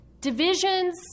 Divisions